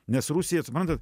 nes rusija suprantat